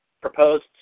proposed